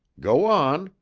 go on,